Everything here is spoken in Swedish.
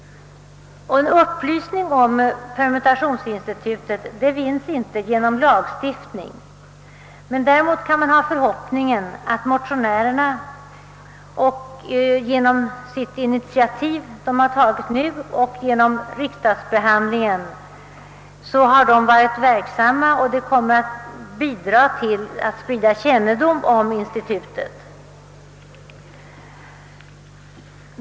Upplysning om permutationsinstitutet vinns inte genom lagstiftning. Däremot kan man hoppas att det initiativ motionärerna tagit samt riksdagsbehandlingen kommer att bidra till att sprida kännedom om institutet.